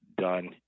done